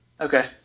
Okay